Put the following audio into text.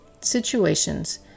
situations